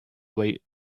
way